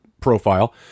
profile